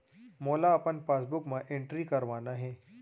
मोला अपन पासबुक म एंट्री करवाना हे?